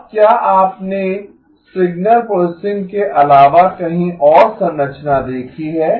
अब क्या आपने सिग्नल प्रोसेसिंग के अलावा कहीं और संरचना देखी है